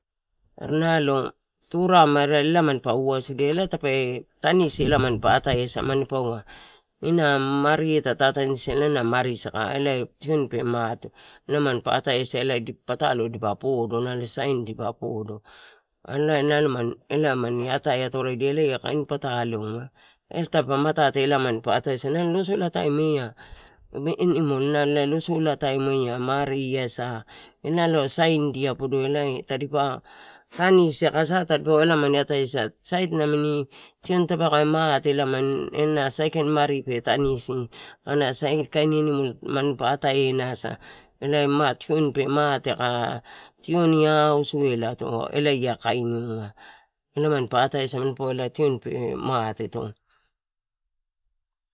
Are nalo turamarelaman pa wasadia ela tape tanisi manpa atae asa, mani paua. Ena mari eh ta tatanisisa-la, na mari saka. Ele tioni pe mate. Ela manpa atae asa, ela patalo dipa podo, ela nalo sain dipa podo. Nalo elai mani atae atoraidia elae kain pataloai. E tape matate la manpa atae asa, nalo losolataim ea. losola taim ea mariesa. Ena lo sain dia podoi ela tadipa tanisi a sa tadbo mani atae asa. Sait namini tion ta pka mate, aka tioni auso elato, elae kainiua ela manipa atae asa, tioni pe, mateto.